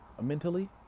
mentally